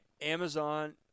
Amazon